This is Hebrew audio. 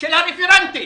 של הרפרנטית,